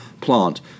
plant